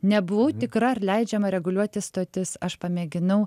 nebuvau tikra ar leidžiama reguliuoti stotis aš pamėginau